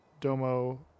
Domo